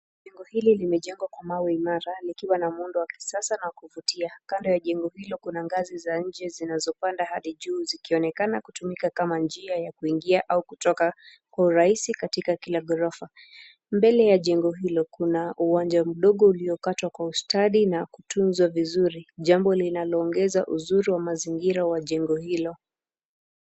Jengo hili limejengwa kwa mawe imara likiwa na muundo wa kisasa na wa kuvutia. Kando ya jengo hilo kuna ngazi za nje zinazopanda hadi juu zikionekana kutumika kama njia ya kuingia au kutoka kwa urahisi katika kila ghorofa. Mbele ya jengo hilo kuna uwanja mdogo uliokatwa kwa ustadi na kutunzwa vizuri. Jambo linaloongeza uzuri wa mazingira wa jengo hilo.